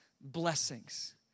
blessings